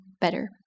better